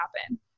happen